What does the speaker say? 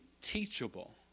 teachable